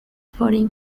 foreign